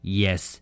yes